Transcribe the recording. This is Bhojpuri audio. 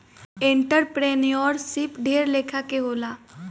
एंटरप्रेन्योरशिप ढेर लेखा के होला